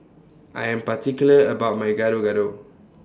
I Am particular about My Gado Gado